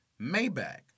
Maybach